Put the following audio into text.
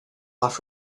off